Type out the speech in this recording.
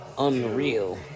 unreal